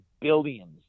billions